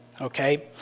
okay